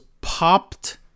popped